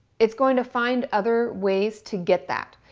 it's going to find other ways to get that.